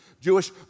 Jewish